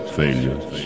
failures